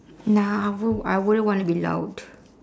nah I w~ I wouldn't wanna be loud